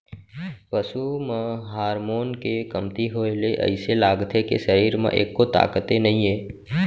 पसू म हारमोन के कमती होए ले अइसे लागथे के सरीर म एक्को ताकते नइये